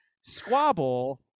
squabble